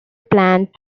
planned